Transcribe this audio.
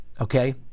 Okay